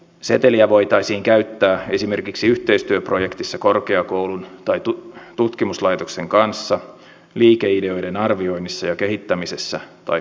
seteliä voitaisiin käyttää esimerkiksi yhteistyöprojektissa korkeakoulun tai tutkimuslaitoksen kanssa liikeideoiden arvioinnissa ja kehittämisessä tai kaupallistamisessa